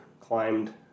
climbed